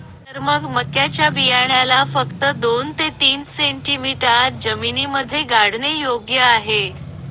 तर मग मक्याच्या बियाण्याला फक्त दोन ते तीन सेंटीमीटर आत जमिनीमध्ये गाडने योग्य आहे